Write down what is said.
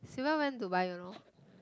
sylvia went Dubai you know